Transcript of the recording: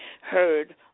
heard